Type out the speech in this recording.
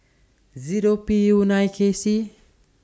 Zero P U nine K C